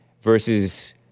versus